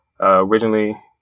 originally